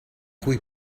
cui